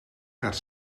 gaat